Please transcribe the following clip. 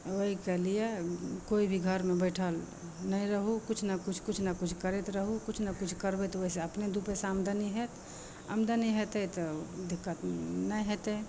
ओहिके लिए कोइ भी घरमे बैठल नहि रहू किछु ने किछु करैत रही किछु ने किछु करबै तऽ ओहि सऽ अपनो दू पैसा आमदनी होयत आमदनी हेतै तऽ दिक्कत नहि हेतै